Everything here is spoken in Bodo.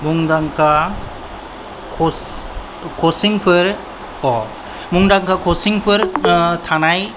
मुंदांखा कचिंफोर मुंदांखा कचिंफोर थानाय